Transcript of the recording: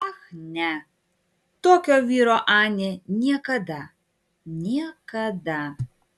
ach ne tokio vyro anė niekada niekada